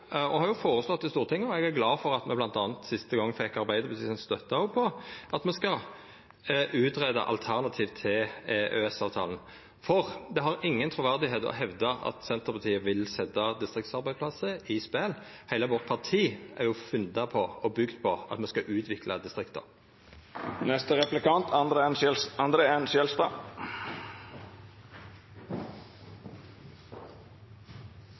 og har føreslått det for Stortinget – og eg er glad for at me bl.a. sist fekk Arbeidarpartiets støtte på det – at me skal greia ut alternativ til EØS-avtalen. Det har ikkje noko truverde å hevda at Senterpartiet vil setja distriktsarbeidsplassar i spel. Heile vårt parti er jo bygd på at me skal utvikla